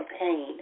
pain